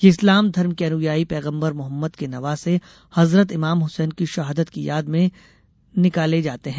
यह इस्लाम धर्म के अनुयायी पैगम्बर मोहम्मद के नवासे हजरत इमाम हुसैन की शहादत की याद में ताजिये के जुलूस निकाले जाते है